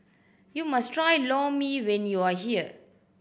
you must try Lor Mee when you are here